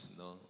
no